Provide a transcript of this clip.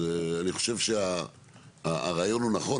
אז אני חושב שהרעיון הוא נכון,